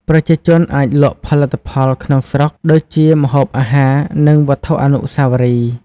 ប្រជាជនអាចលក់ផលិតផលក្នុងស្រុក ដូចជាម្ហូបអាហារ និងវត្ថុអនុស្សាវរីយ៍។